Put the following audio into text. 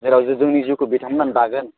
जेराव जोंनि जिउखौ बिथांमोनानो दागोन